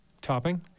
topping